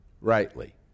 rightly